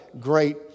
great